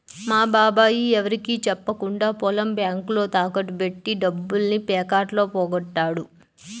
మా బాబాయ్ ఎవరికీ చెప్పకుండా పొలం బ్యేంకులో తాకట్టు బెట్టి డబ్బుల్ని పేకాటలో పోగొట్టాడు